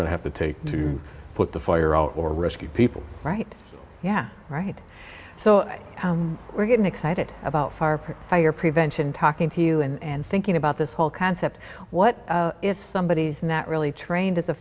going to have to take to put the fire out or rescue people right yeah right so we're getting excited about fire fire prevention talking to you and thinking about this whole concept what if somebody is not really trained as a